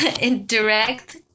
indirect